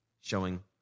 showing